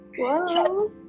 Whoa